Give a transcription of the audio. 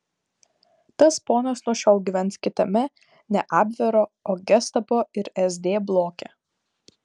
tas ponas nuo šiol gyvens kitame ne abvero o gestapo ir sd bloke